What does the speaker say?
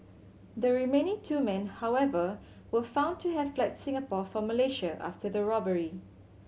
the remaining two men however were found to have fled Singapore for Malaysia after the robbery